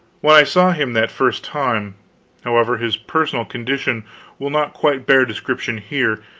when i saw him that first time however, his personal condition will not quite bear description here.